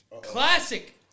classic